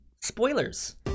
spoilers